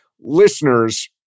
listeners